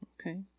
Okay